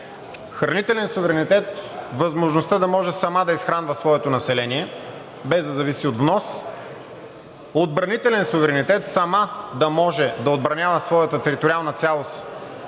Хранителен суверенитет – възможността да може сама да изхранва своето население, без да зависи от внос. Отбранителен суверенитет – сама да отбранява своята териториална цялост